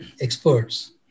experts